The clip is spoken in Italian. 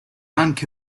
anche